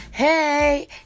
Hey